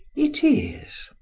it is.